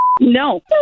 No